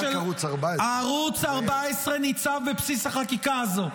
כי אמרת רק ערוץ 14. ערוץ 14 ניצב בבסיס החקיקה הזו.